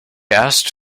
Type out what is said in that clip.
asked